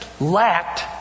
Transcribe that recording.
lacked